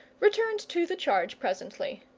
returned to the charge presently.